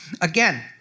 again